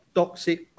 toxic